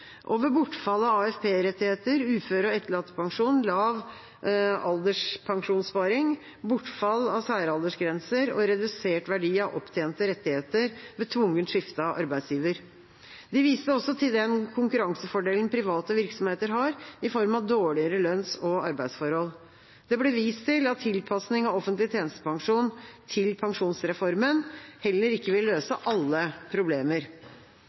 og ved bortfall av AFP-rettigheter, uføre- og etterlattepensjon, lav alderspensjonssparing, bortfall av særaldersgrenser og redusert verdi av opptjente rettigheter ved tvungent skifte av arbeidsgiver. De viste også til den konkurransefordelen private virksomheter har, i form av dårligere lønns- og arbeidsforhold. Det ble vist til at tilpasning av offentlig tjenestepensjon til pensjonsreformen heller ikke vil løse alle problemer.